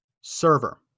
server